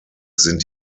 sind